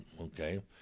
okay